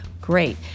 Great